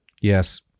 Yes